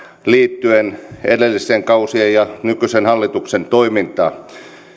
liittyen edellisten kausien ja nykyisen hallituksen toimintaan